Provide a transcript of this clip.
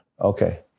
Okay